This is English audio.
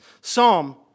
Psalm